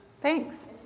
Thanks